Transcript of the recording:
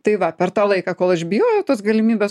tai va per tą laiką kol aš bijojau tos galimybės